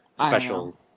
special